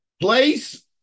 place